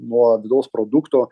nuo vidaus produkto